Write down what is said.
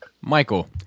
Michael